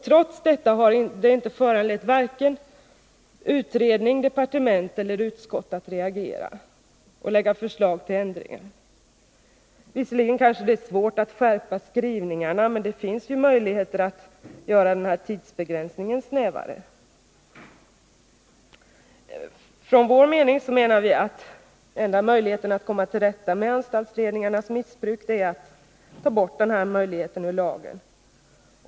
Men detta har inte föranlett vare sig utredning, departement eller utskott att reagera och lägga fram förslag till ändringar av lagen. Visserligen kan det vara svårt att skärpa skrivningarna, men det finns möjligheter att göra tidsbegränsningen snävare. Vi menar att den enda möjligheten att komma till rätta med anstaltsledningarnas missbruk av isoleringsmöjligheten är att ta bort möjligheten ur lagen.